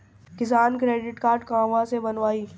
किसान credit card कहवा से बनवाई?